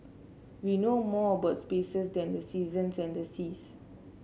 we know more about spaces than the seasons and the seas